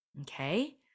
Okay